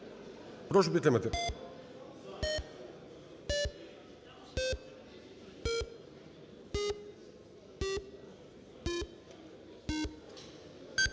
Прошу підтримати.